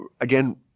again